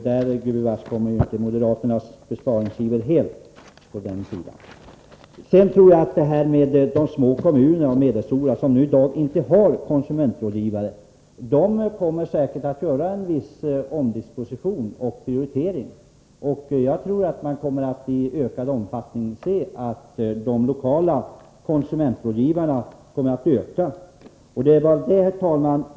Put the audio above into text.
Där lyckas inte moderaternas besparingsiver helt. Sedan tror jag att de små och medelstora kommuner som i dag inte har konsumentrådgivare säkert kommer att göra en viss omdisponering och omprioritering. Jag tror att vi kommer att se att antalet lokala konsumentrådgivare ökar.